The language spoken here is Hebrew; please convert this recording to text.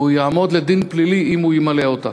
והוא יעמוד לדין פלילי אם הוא ימלא אותה.